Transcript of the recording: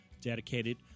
dedicated